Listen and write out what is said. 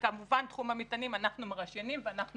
וכמובן תחום המטענים אנחנו מרשיינים ואנחנו